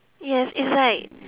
yes it's like